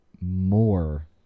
more